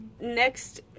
next